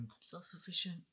self-sufficient